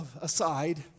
aside